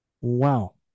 Wow